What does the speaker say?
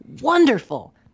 wonderful